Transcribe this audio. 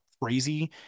crazy